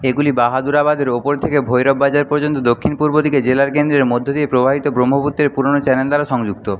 এগুলি বাহাদুরাবাদের উপর থেকে ভৈরব বাজার পর্যন্ত দক্ষিণ পূর্ব দিকে জেলার কেন্দ্রের মধ্য দিয়ে প্রবাহিত ব্রহ্মপুত্রের পুরোনো চ্যানেল দ্বারা সংযুক্ত